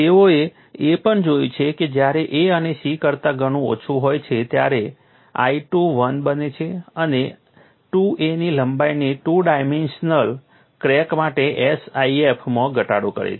તેઓએ એ પણ જોયું છે કે જ્યારે a એ c કરતા ઘણું ઓછું હોય છે ત્યારે I2 1 બને છે અને તે 2a ની લંબાઈની ટુ ડાયમેન્શનલ ક્રેક માટે SIF માં ઘટાડો કરે છે